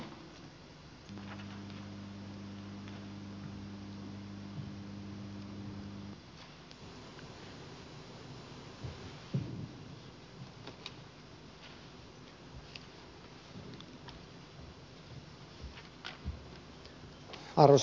arvoisa herra puhemies